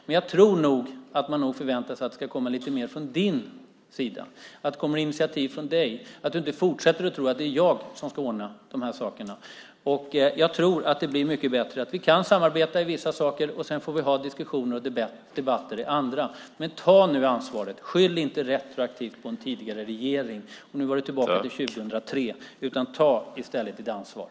Men jag tror nog att man förväntar sig att det ska komma lite mer från din sida, att det kommer initiativ från dig, att du inte fortsätter att tro att det är jag som ska ordna de här sakerna. Jag tror att det blir mycket bättre. Vi kan samarbeta i vissa saker. Sedan får vi ha diskussioner och debatter i andra. Men ta nu ansvaret! Skyll inte retroaktivt på en tidigare regering! Nu var du tillbaka till 2003. Ta i stället ditt ansvar!